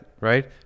right